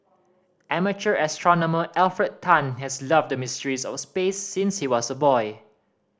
amateur astronomer Alfred Tan has loved the mysteries of space since he was a boy